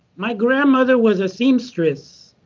my grandmother was a seamstress.